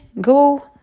go